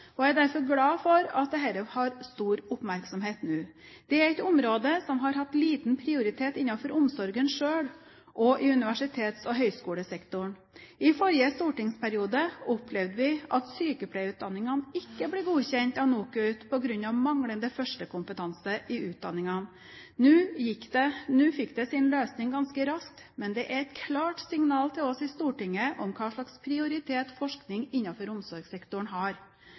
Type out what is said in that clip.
Norge. Jeg er derfor glad for at dette har stor oppmerksomhet nå. Det er et område som har hatt liten prioritet innenfor omsorgen selv og i universitets- og høyskolesektoren. I forrige stortingsperiode opplevde vi at sykepleierutdanningene ikke ble godkjent av NOKUT på grunn av manglende førstekompetanse i utdanningene. Nå fikk det sin løsning ganske raskt, men er et klart signal til oss i Stortinget om hvilken prioritet forskning innenfor omsorgssektoren har.